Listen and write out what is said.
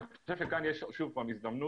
אני חושב שיש פה הזדמנות